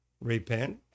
repent